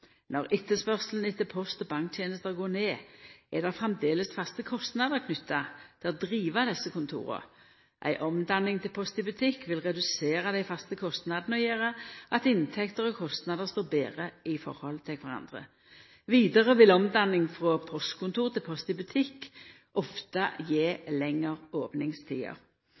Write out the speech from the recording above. Når etterspurnaden etter post- og banktenester går ned, er det framleis faste kostnader knytte til å driva desse kontora. Ei omdanning til Post i Butikk vil redusera dei faste kostnadene og gjera at inntekter og kostnader står betre i forhold til kvarandre. Vidare vil omdanning frå postkontor til Post i Butikk ofte gje lengre opningstider.